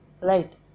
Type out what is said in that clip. right